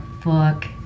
fuck